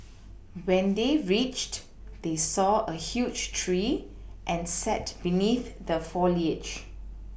when they reached they saw a huge tree and sat beneath the foliage